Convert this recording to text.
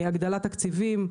הגדלת תקציבים,